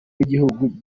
w’igihugu